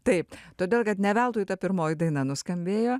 taip todėl kad ne veltui ta pirmoji daina nuskambėjo